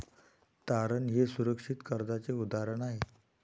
तारण हे सुरक्षित कर्जाचे उदाहरण आहे